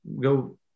go